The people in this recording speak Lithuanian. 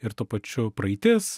ir tuo pačiu praeitis